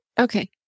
Okay